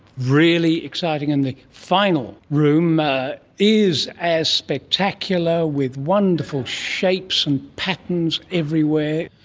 really exciting. and the final room is as spectacular, with wonderful shapes and patterns everywhere.